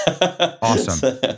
Awesome